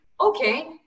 okay